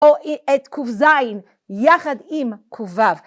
או את ק"ז יחד עם ק"ו